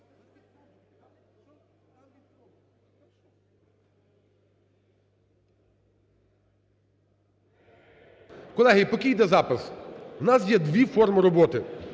Колеги, поки йде запис, в нас є дві форми роботи: